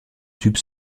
tubes